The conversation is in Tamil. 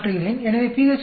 எனவே pH 3